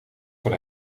voor